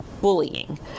Bullying